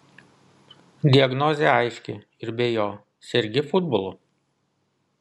diagnozė aiški ir be jo sergi futbolu